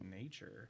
nature